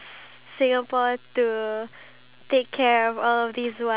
I would name my future pet